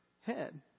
head